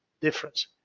difference